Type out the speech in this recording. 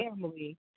family